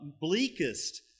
bleakest